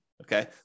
Okay